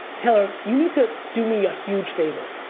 taylor, you need to do me a huge favor.